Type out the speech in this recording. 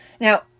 Now